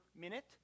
minute